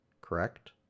correct